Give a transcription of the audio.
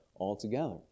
altogether